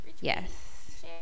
Yes